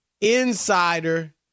insider